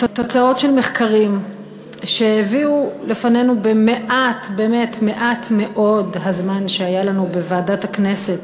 ובתוצאות של מחקרים שהביאו בפנינו במעט מאוד הזמן שהיה לנו בוועדת הכנסת